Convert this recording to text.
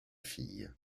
fille